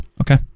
Okay